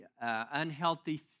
unhealthy